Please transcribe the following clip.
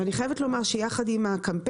אבל אני חייבת לומר שיחד עם הקמפיין,